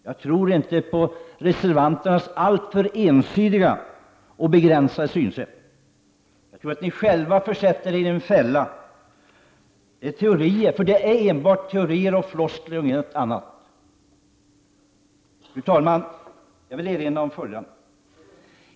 Jag tror inte på reservanternas alltför ensidiga och begränsade synsätt. Jag tror att ni själva sätter er i en fälla. Ni har enbart teorier och floskler att komma med, ingenting annat. Fru talman! Jag vill erinra om följande.